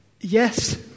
Yes